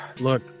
Look